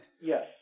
Yes